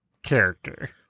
character